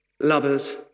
lovers